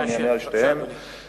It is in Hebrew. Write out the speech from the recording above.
אני אענה על שתיהן בשמחה.